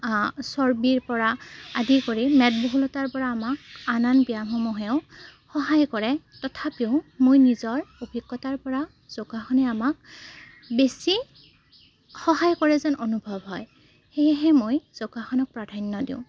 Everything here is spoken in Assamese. চৰ্বিৰপৰা আদি কৰি মেটবহুলতাৰপৰা আমাক আন আন ব্যায়ামসমূহেও সহায় কৰে তথাপিও মই নিজৰ অভিজ্ঞতাৰপৰা যোগাসনে আমাক বেছি সহায় কৰে যেন অনুভৱ হয় সেয়েহে মই যোগাসনক প্ৰাধান্য দিওঁ